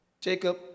Jacob